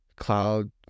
cloud